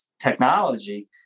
technology